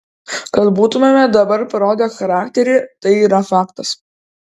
kad būtumėme dabar parodę charakterį tai yra faktas